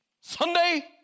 Sunday